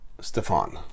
Stefan